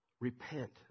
repent